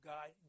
God